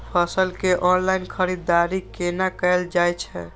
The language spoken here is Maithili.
फसल के ऑनलाइन खरीददारी केना कायल जाय छै?